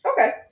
Okay